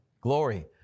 Glory